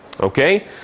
Okay